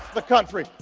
the country,